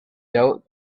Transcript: doubt